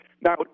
Now